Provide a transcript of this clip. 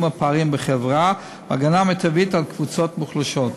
הפערים בחברה והגנה מיטבית על קבוצות מוחלשות.